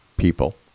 people